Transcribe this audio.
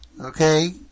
okay